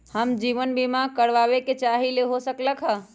हम जीवन बीमा कारवाबे के चाहईले, हो सकलक ह?